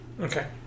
Okay